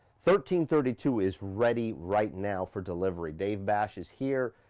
thirty thirty two is ready right now for delivery. dave bash is here,